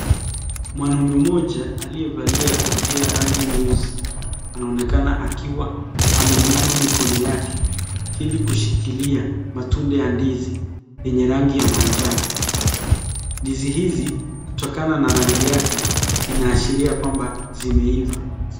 Mwanamume moja aliyevalia kofia ya rangi nyeusi anaonekana akiwa ameinua mikono yake ili kushikilia matunda ya ndizi yenye rangi ya manjano, ndizi hizi kutokana na rangi yake inaashiria kwamba zimeiva.